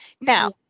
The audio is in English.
Now